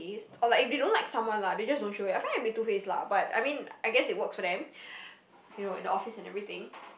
is or like if they don't like someone lah they just don't show it I find it a bit two face lah but I mean I guess it works for them you know in the office and everything